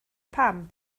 pam